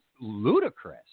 ludicrous